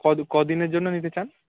কদিনের জন্য নিতে চান